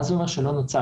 מה זה אומר שלא נוצל?